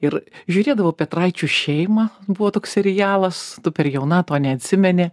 ir žiūrėdavau petraičių šeimą buvo toks serialas tu per jauna to neatsimeni